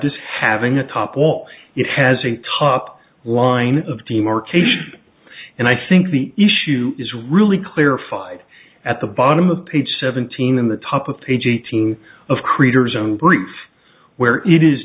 as having a top wall it has a top line of demarcation and i think the issue is really clarified at the bottom of page seventeen in the top of page eighteen of creators own briefs where it is